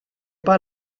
pas